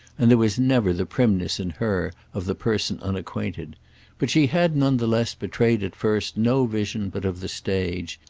and there was never the primness in her of the person unacquainted but she had none the less betrayed at first no vision but of the stage,